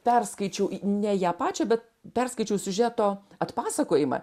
perskaičiau ne ją pačią bet perskaičiau siužeto atpasakojimą